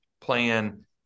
plan